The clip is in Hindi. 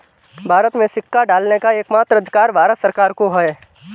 भारत में सिक्का ढालने का एकमात्र अधिकार भारत सरकार को है